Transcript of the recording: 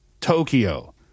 Tokyo